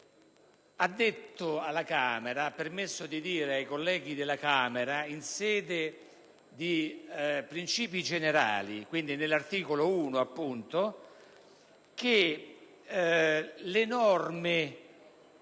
ha permesso ai colleghi della Camera, in sede di princìpi generali, quindi nell'articolo 1, di affermare